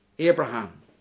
Abraham